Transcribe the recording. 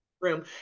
Room